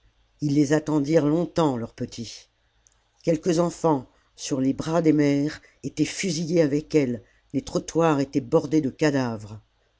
ils les attendirent longtemps leurs petits quelques enfants sur les bras des mères étaient fusillés avec elle les trottoirs étaient bordés de cadavres